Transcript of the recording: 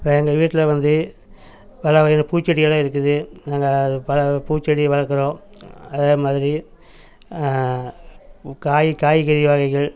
எங்கள் வீட்டில் வந்து பல வகையான பூச்செடியெல்லாம் இருக்குது நாங்கள் பல பூச்செடி வளர்க்குறோம் அதே மாதிரி காய் காய்கறி வகைகள்